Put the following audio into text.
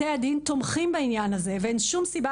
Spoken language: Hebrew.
בתי הדין תומכים בעניין הזה ואין שום סיבה